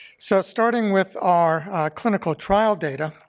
so starting with our clinical trial data,